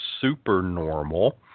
supernormal